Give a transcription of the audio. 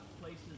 places